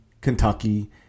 Kentucky